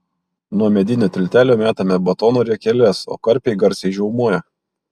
nuo medinio tiltelio metame batono riekeles o karpiai garsiai žiaumoja